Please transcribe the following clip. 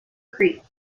creek